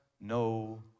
no